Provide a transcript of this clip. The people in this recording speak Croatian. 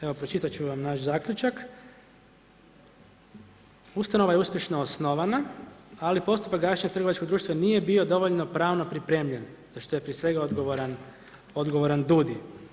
Evo, pročitati ću vam naš zaključak, ustanova je uspješno osnovana, ali postupak gašenja trgovačkog društva nije bio dovoljno pravno pripremljen za što je prije svega odgovoran DUUD-i.